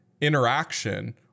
interaction